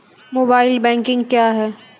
Mobile banking क्या हैं?